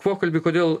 pokalbį kodėl